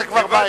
זו כבר בעיה,